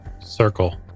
circle